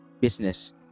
business